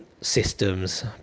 systems